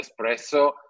Espresso